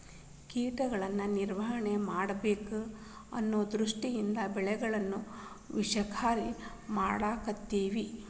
ಕೇಟಗಳನ್ನಾ ನಿರ್ವಹಣೆ ಮಾಡಬೇಕ ಅನ್ನು ದೃಷ್ಟಿಯಿಂದ ಬೆಳೆಗಳನ್ನಾ ವಿಷಕಾರಿ ಮಾಡಾಕತ್ತೆವಿ